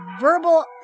verbal